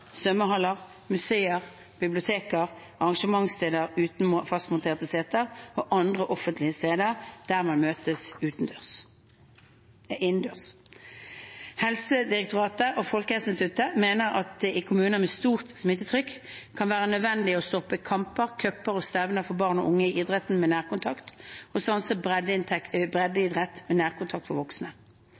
museer, biblioteker, arrangementssteder uten fastmonterte seter og andre offentlige steder der mange møtes innendørs. Helsedirektoratet og Folkehelseinstituttet mener at det i kommuner med stort smittetrykk kan være nødvendig å stoppe kamper, cuper og stevner for barn og unge i idretter med nærkontakt og å stanse breddeidrett med nærkontakt for voksne.